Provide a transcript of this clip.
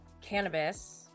cannabis